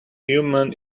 human